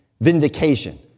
vindication